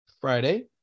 Friday